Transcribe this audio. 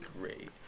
great